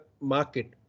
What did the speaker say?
market